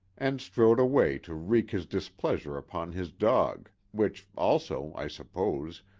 and strode away to wreak his displeasure upon his dog, which also, i suppose,